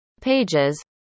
pages